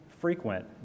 frequent